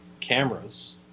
cameras